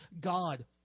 God